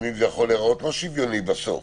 לפעמים זה יכול להיראות לא שוויוני בסוף.